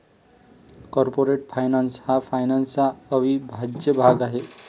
corporate finance हा फायनान्सचा अविभाज्य भाग आहे